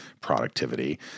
productivity